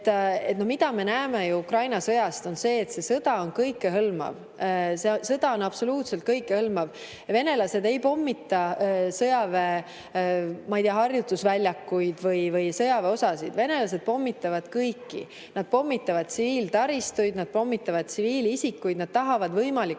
mida me näeme ju Ukraina sõja puhul, on see, et see sõda on kõikehõlmav. Sõda on absoluutselt kõikehõlmav! Venelased ei pommita sõjaväe, ma ei tea, harjutusväljasid või sõjaväeosasid – venelased pommitavad kõike. Nad pommitavad tsiviiltaristuid, nad pommitavad tsiviilisikuid, nad tahavad võimalikult